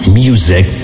music